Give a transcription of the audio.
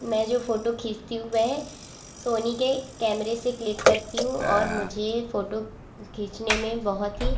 मैं जो फोटो खींचती हूँ वह सोनी के कैमेरे से क्लिक करती हूँ और मुझे फोटो खींचने में बहुत ही